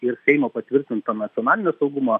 ir seimo patvirtintą nacionalinio saugumo